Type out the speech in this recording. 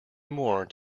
more